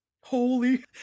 Holy